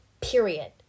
period